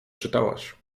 czytałaś